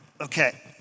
Okay